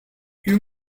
you